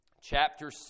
chapter